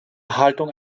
haltung